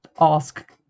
ask